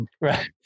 right